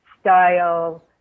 style